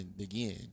again